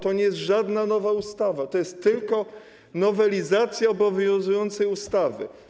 To nie jest nowa ustawa, to jest tylko nowelizacja obowiązującej ustawy.